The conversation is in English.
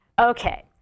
Okay